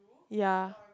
ya